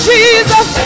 Jesus